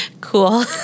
Cool